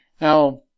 Now